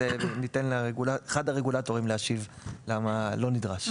ניתן לאחד הרגולטורים להשיב למה זה לא נדרש.